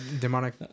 demonic